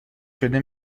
شده